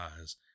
eyes